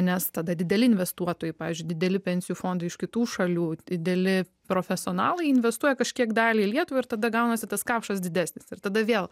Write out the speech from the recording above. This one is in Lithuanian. nes tada dideli investuotojai pavyzdžiui dideli pensijų fondai iš kitų šalių dideli profesionalai investuoja kažkiek dalį į lietuvą ir tada gaunasi tas kapšas didesnis ir tada vėl